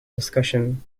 discussion